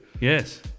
yes